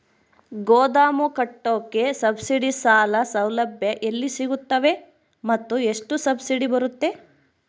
ಗೋದಾಮು ಕಟ್ಟೋಕೆ ಸಬ್ಸಿಡಿ ಸಾಲ ಸೌಲಭ್ಯ ಎಲ್ಲಿ ಸಿಗುತ್ತವೆ ಮತ್ತು ಎಷ್ಟು ಸಬ್ಸಿಡಿ ಬರುತ್ತೆ?